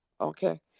Okay